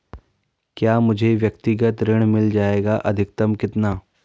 क्या मुझे व्यक्तिगत ऋण मिल जायेगा अधिकतम कितना?